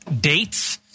dates